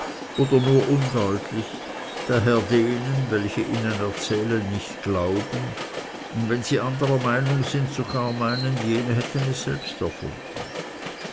oder nur undeutlich daher denen welche ihnen erzählen nicht glauben und wenn sie anderer meinung sind sogar meinen jene hätten es selbst erfunden